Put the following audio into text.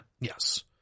Yes